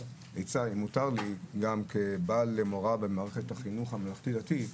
אם מותר לי גם כבעל למורה במערכת החינוך הממלכתי-דתי,